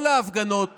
כל ההפגנות